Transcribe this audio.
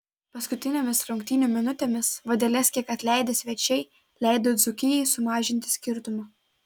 paskutinėmis rungtynių minutėmis vadeles kiek atleidę svečiai leido dzūkijai sumažinti skirtumą